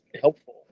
helpful